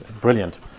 brilliant